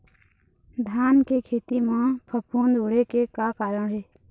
धान के खेती म फफूंद उड़े के का कारण हे?